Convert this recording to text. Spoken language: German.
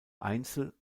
einzel